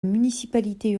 municipalité